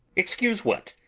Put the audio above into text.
excuse what?